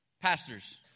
Pastors